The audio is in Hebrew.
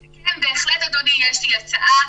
כן, בהחלט, אדוני, יש לי הצעה.